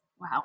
Wow